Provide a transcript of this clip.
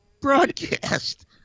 broadcast